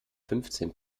fünfzehn